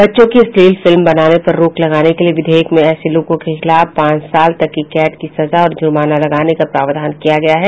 बच्चों की अश्लील फिल्म बनाने पर रोक लगाने के लिए विधेयक में ऐसे लोगों के खिलाफ पांच साल तक की कैद की सजा और जुर्माना लगाने का प्रावधान किया गया है